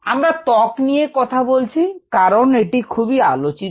আমরা ত্বক নিয়ে কথা বলছি কারণ এটি খুবই আলোচিত